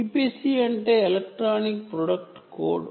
EPC అంటే electronic product code